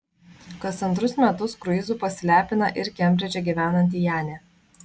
kas antrus metus kruizu pasilepina ir kembridže gyvenanti janė